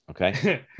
Okay